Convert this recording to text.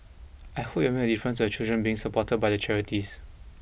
I hope it will make a difference to the children being supported by the charities